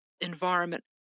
environment